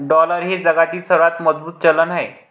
dollar हे जगातील सर्वात मजबूत चलन आहे